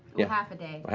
yeah half a day,